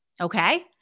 okay